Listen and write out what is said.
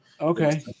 Okay